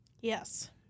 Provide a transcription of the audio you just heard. Yes